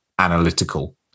analytical